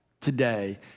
today